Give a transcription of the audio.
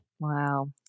wow